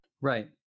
Right